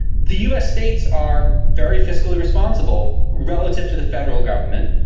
the us states are very fiscally responsible relative to the federal government,